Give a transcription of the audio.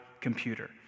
computer